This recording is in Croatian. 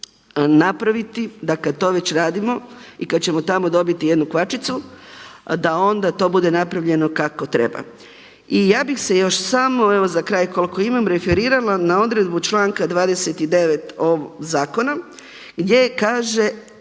da kad to već radimo i kad ćemo tamo dobiti jednu kvačicu da onda to bude napravljeno kako treba. I ja bih se još samo evo za kraj koliko imam referirala na odredbu članka 29. Zakona gdje kaže